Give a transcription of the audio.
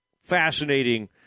fascinating